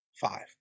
five